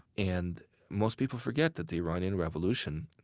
and most people forget that the iranian revolution,